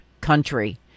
country